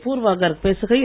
பூர்வா கர்க் பேசுகையில்